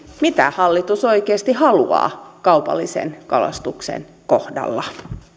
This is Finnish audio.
mitä hallitus oikeasti haluaa kaupallisen kalastuksen kohdalla